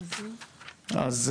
אז,